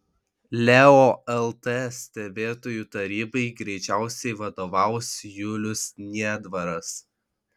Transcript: leo lt stebėtojų tarybai greičiausiai vadovaus julius niedvaras